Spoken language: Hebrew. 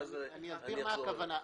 אסביר את הכוונה.